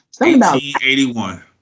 1881